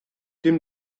dim